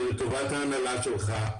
זה לטובת ההנהלה שלך,